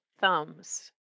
thumbs